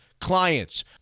clients